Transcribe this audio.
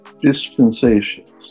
dispensations